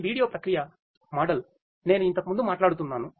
ఈ వీడియో ప్రక్రియ మోడల్ నేను ఇంతకు ముందు మాట్లాడుతున్నాను